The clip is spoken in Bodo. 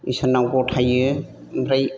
इसोरनाव गथायो ओमफ्राय